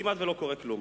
כמעט לא קורה כלום,